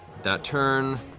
that turn.